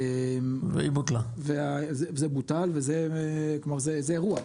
זה בוטל וזה אירוע.